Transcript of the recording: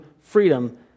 freedom